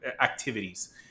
activities